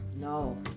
No